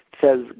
says